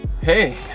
hey